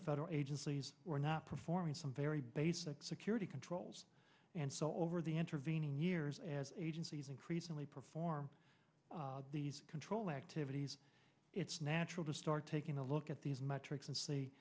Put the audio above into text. the federal agencies were not performing some very basic security controls and so over the intervening years as agencies increasingly perform these control activities it's natural to start taking a look at these metrics and see